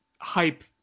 hype